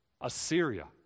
Assyria